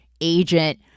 agent